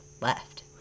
left